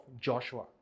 Joshua